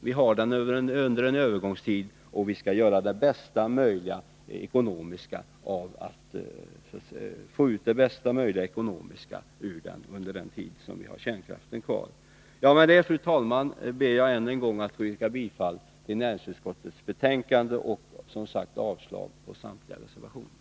Vi har den under en övergångstid, och vi skall försöka att ekonomiskt få ut det bästa möjliga ur kärnkraften under den tid som vi har den kvar. Med detta, fru talman, ber jag att än en gång få yrka bifall till hemställan i näringsutskottets betänkande och avslag på samtliga reservationer.